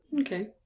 Okay